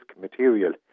material